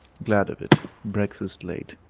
glad of it. breakfast late.